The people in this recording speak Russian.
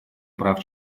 прав